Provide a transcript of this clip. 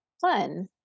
Fun